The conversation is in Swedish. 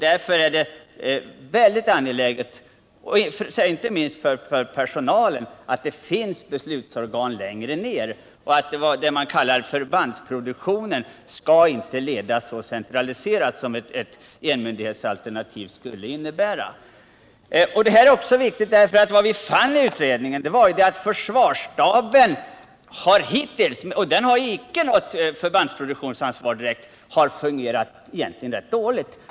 Därför är det mycket angeläget, inte minst för personalen, att det finns beslutsorgan längre ned, och att det man kallar förbandsproduktionen inte skall ledas och centraliseras på det sätt som ett enmyndighetsalternativ skulle innebära. Vad vi fann i utredningen var att försvarsstaben hittills delvis har fungerat rätt dåligt.